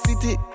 city